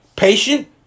Patient